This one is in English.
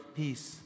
peace